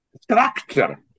structure